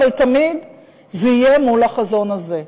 אבל תמיד זה יהיה מול החזון הזה.